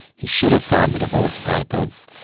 he should have signed the divorce papers,